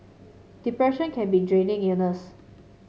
depression can be a draining illness